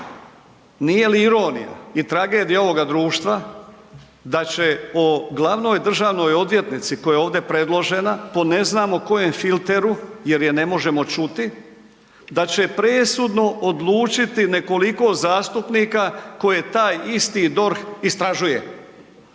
nije li ironija i tragedija ovoga društva da će o glavnoj državnoj odvjetnici koja je ovdje predložena po ne znamo kojem filteru jer je ne možemo čuti da će presudno odlučiti nekoliko zastupnika koje taj isti DORH istražuje.